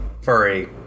furry